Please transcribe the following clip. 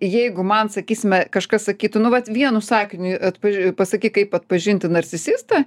jeigu man sakysime kažkas sakytų nu vat vienu sakiniu atpažin pasakyk kaip atpažinti narcisistą